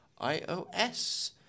iOS